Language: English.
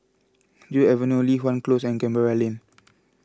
Joo Avenue Li Hwan Close and Canberra Lane